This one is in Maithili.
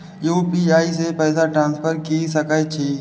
यू.पी.आई से पैसा ट्रांसफर की सके छी?